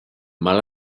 mal